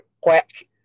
quack